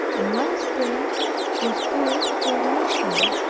and my state was good for nothing.